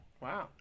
Wow